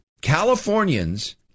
Californians